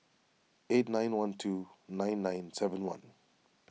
eight nine one two nine nine seven one